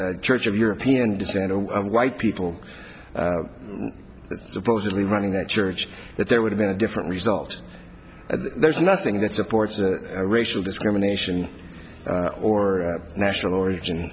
church of european descent of white people supposedly running that church that there would have been a different result there is nothing that supports the racial discrimination or national origin